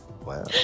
Wow